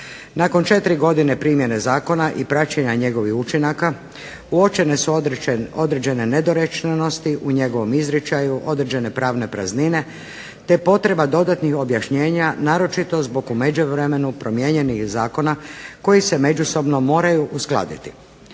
Nakon četiri godine primjene zakona i praćenja njegovih učinaka uočene su određene nedorečenosti u njegovom izričaju, određene pravne praznine, te potreba dodatnih objašnjenja naročito zbog u međuvremenu promijenjenih zakona koji se međusobno moraju uskladiti.